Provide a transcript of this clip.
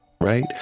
right